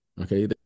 Okay